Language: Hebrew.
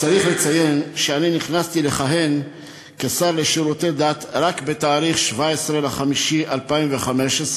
צריך לציין שאני נכנסתי לכהן כשר לשירותי דת רק בתאריך 17 במאי 2015,